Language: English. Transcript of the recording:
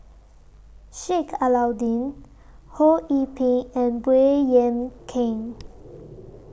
Sheik Alau'ddin Ho Yee Ping and Baey Yam Keng